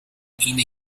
اینه